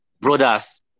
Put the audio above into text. Brothers